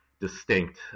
distinct